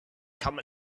come